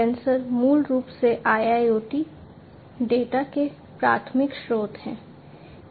sensor मूल रूप से IIoT डेटा के प्राथमिक स्रोत हैं